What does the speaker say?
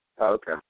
Okay